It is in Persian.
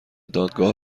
دادگاه